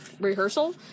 rehearsal